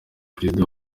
perezida